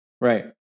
Right